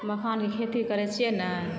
मखान के खेती करै छियै ने